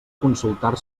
consultar